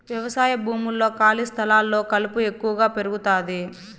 వ్యవసాయ భూముల్లో, ఖాళీ స్థలాల్లో కలుపు ఎక్కువగా పెరుగుతాది